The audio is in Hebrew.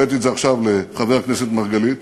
הראיתי את עכשיו לחבר הכנסת מרגלית,